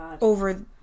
over